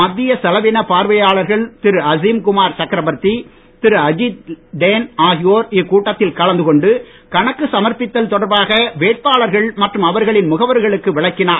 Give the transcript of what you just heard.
மத்திய செலவின பார்வையாளர்கள் திரு அசீம்குமார் சக்ரபர்த்தி திரு அஜீத்டேன் ஆகியோர் இக்கூட்டத்தில் கலந்து கொண்டு கணக்கு சமர்பித்தல் தொடர்பாக வேட்பாளர்கள் மற்றும் அவர்களின் முகவர்களுக்கு விளக்கினர்